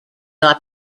not